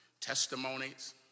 testimonies